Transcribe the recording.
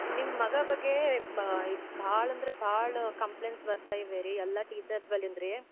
ನಿಮ್ಮ ಮಗ ಬಗ್ಗೆ ಭಾಳ ಅಂದರೆ ಭಾಳ ಕಂಪ್ಲೇಂಟ್ಸ್ ಬರ್ತಾ ಇವೆ ರೀ ಎಲ್ಲ ಟೀಚರ್ಸ್ಗಳಿಂದ ರೀ